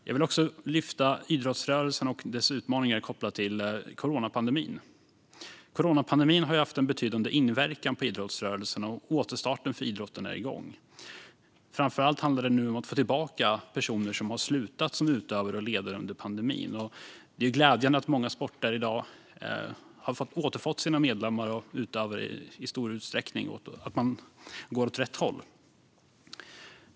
Jag vill även lyfta fram idrottsrörelsens utmaningar kopplade till coronapandemin. Coronapandemin har haft betydande inverkan på idrottsrörelsen, och återstarten för idrotten är nu igång. Framför allt handlar det om att få tillbaka personer som slutade som utövare och ledare under pandemin. Det är glädjande att många sporter i dag har återfått sina medlemmar och utövare i stor utsträckning och att det går åt rätt håll.